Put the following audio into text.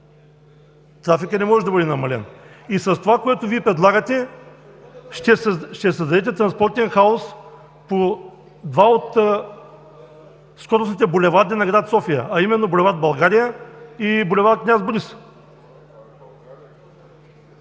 Трафикът не може да бъде намален! С това, което Вие предлагате, ще създадете транспортен хаос по два от скоростните булеварди на град София, а именно бул. „България“ и бул. „Княз Борис“.